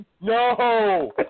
No